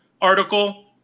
article